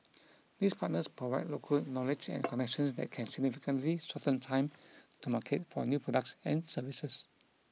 these partners provide local knowledge and connections that can significantly shorten time to market for new products and services